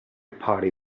party